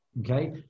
okay